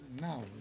Now